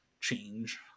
change